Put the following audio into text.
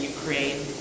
Ukraine